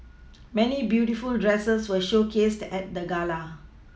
many beautiful dresses were showcased at the gala